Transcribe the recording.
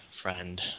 friend